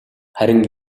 харин